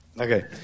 Okay